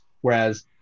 Whereas